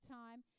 time